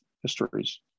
histories